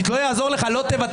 דיברו עוד.